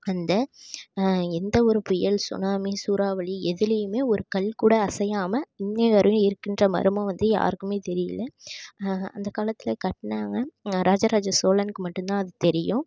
அந்த எந்த ஒரு புயல் சுனாமி சூறாவளி எதுலேயுமே ஒரு கல் கூட அசையாமல் இன்று வரையும் இருக்குன்ற மர்மம் வந்து யாருக்குமே தெரியிலை அந்த காலத்தில் கட்டினாங்க ராஜராஜ சோழனுக்கு மட்டுந்தான் அது தெரியும்